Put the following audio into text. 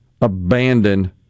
abandoned